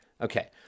Okay